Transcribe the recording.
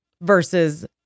versus